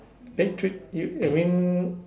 eh three you you mean